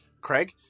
Craig